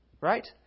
Right